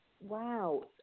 wow